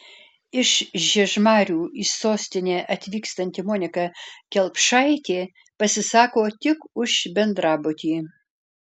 iš žiežmarių į sostinę atvykstanti monika kelpšaitė pasisako tik už bendrabutį